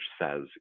says